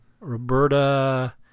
roberta